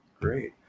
Great